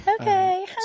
Okay